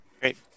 Great